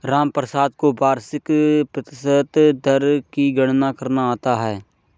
रामप्रसाद को वार्षिक प्रतिशत दर की गणना करना आता है